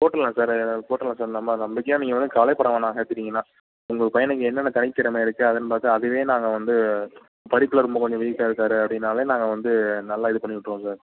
போட்டுடலாம் சார் போட்டுடலாம் சார் நம்ம நம்பிக்கையாக நீங்கள் ஒன்றும் கவலையே படவேணாம் சேர்த்துட்டீங்கன்னா உங்கள் பையனுக்கு என்னென்ன தனித்திறமை இருக்குது அது பார்த்து அதுவே நாங்கள் வந்து படிப்பில் ரொம்ப கொஞ்சம் வீக்காருக்கார் அப்படின்னாலே நாங்கள் வந்து நல்லா இது பண்ணி விட்ருவோம் சார்